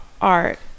art